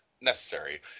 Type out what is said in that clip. necessary